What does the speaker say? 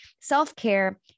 self-care